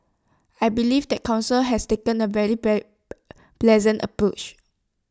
I believe the Council has taken A very pleasant approach